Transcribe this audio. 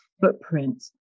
footprint